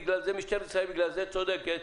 משטרת ישראל בגלל זה צודקת,